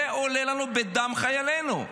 זה עולה לנו בדם חיילינו.